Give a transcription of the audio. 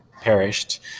perished